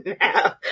now